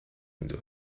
into